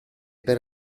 per